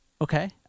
Okay